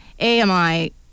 AMI